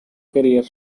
career